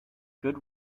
good